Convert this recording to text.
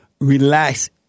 Relax